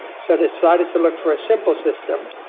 so decided to look for a simple system,